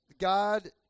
God